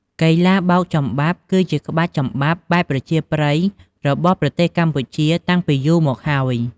កីឡាបោកចំបាប់ គឺជាក្បាច់ចំបាប់បែបប្រជាប្រិយរបស់ប្រទេសកម្ពុជាតាំងពីយូមកហើយ ។